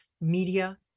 Media